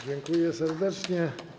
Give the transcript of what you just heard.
Dziękuję serdecznie.